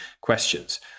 questions